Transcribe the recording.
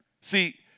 See